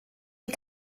die